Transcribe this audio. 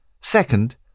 Second